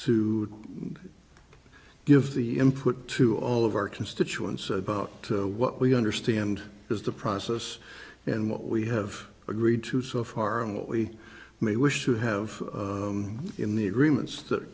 to give the input to all of our constituents about what we understand is the process and what we have agreed to so far and what we may wish to have in the agreements that